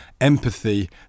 empathy